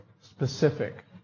specific